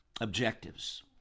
objectives